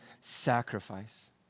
sacrifice